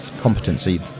competency